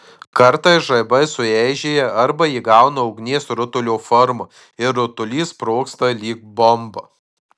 kartais žaibai sueižėja arba įgauna ugnies rutulio formą ir rutulys sprogsta lyg bomba